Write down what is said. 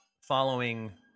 following